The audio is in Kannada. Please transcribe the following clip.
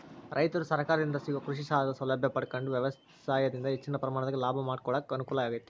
ರೈತರು ಸರಕಾರದಿಂದ ಸಿಗೋ ಕೃಷಿಸಾಲದ ಸೌಲಭ್ಯ ಪಡಕೊಂಡು ವ್ಯವಸಾಯದಿಂದ ಹೆಚ್ಚಿನ ಪ್ರಮಾಣದಾಗ ಲಾಭ ಮಾಡಕೊಳಕ ಅನುಕೂಲ ಆಗೇತಿ